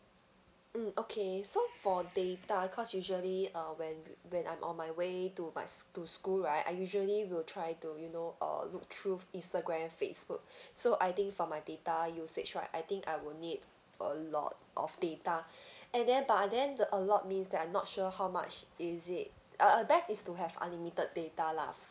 mm okay so for data cause usually uh when when I'm on my way to my to school right I usually will try to you know uh look through instagram facebook so I think for my data usage right I think I will need a lot of data and then but then the a lot means that I'm not sure how much is it uh uh best is to have unlimited data lah